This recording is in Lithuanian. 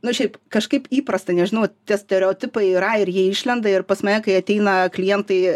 nu šiaip kažkaip įprasta nežinau tie stereotipai yra ir jie išlenda ir pas mane kai ateina klientai